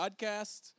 Podcast